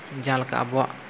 ᱡᱟᱦᱟᱸᱞᱮᱠᱟ ᱟᱵᱚᱣᱟᱜ